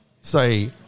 say